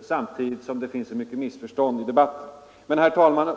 samtidigt som det uppstår så mycket missförstånd i debatten. Herr talman!